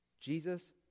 Jesus